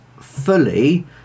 fully